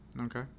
Okay